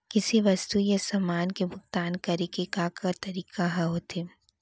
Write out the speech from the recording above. किसी वस्तु या समान के भुगतान करे के का का तरीका ह होथे?